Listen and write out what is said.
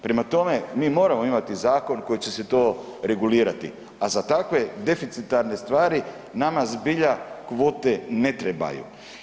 Prema tome, mi moramo imati zakon kojim će se to regulirati, a za takve deficitarne stvari nama zbilja kvote ne trebaju.